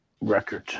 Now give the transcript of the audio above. record